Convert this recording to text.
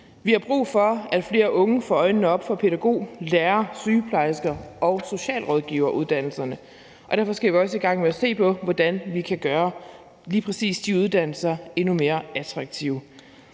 Vi har brug for, at flere unge får øjnene op for pædagog-, lærer-, sygeplejerske- og socialrådgiveruddannelserne, og derfor skal vi også i gang med at se på, hvordan vi kan gøre lige præcis de uddannelser endnu mere attraktive.